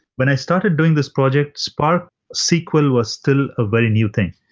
when i started doing this, project spark sql was still a very new thing.